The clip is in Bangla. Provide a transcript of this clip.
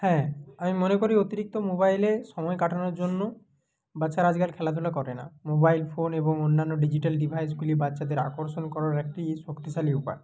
হ্যাঁ আমি মনে করি অতিরিক্ত মোবাইলে সময় কাটানোর জন্য বাচ্ছারা আজ কাল খেলাধুলা করে না মোবাইল ফোন এবং অন্যান্য ডিজিটাল ডিভাইসগুলি বাচ্চাদের আকর্ষণ করার একটি শক্তিশালী উপায়